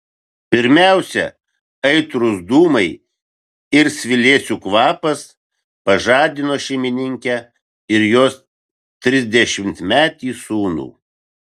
pirmiausia aitrūs dūmai ir svilėsių kvapas pažadino šeimininkę ir jos trisdešimtmetį sūnų